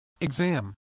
Exam